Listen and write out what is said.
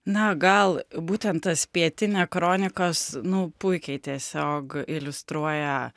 na gal būtent tas pietinia kronikos nu puikiai tiesiog iliustruoja